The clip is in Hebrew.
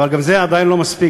אבל גם זה עדיין לא מספיק.